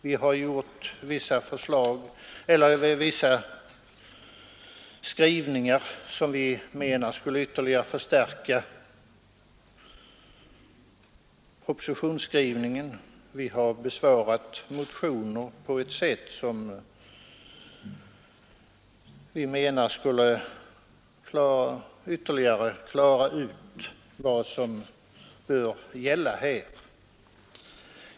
Vi har gjort vissa skrivningar som vi menar skulle ytterligare förstärka propositionsskrivningen, och vi har besvarat motioner på ett sätt som enligt vår uppfattning skulle ytterligare klara ut vad som bör gälla.